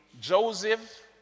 Joseph